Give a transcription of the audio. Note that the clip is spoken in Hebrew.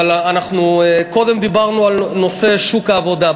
אבל אנחנו קודם דיברנו על נושא שוק העבודה,